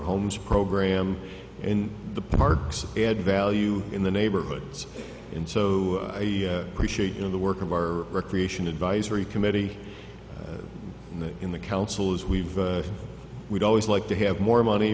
homes program in the parks add value in the neighborhoods and so i appreciate you know the work of our recreation advisory committee in the in the council as we've we always like to have more money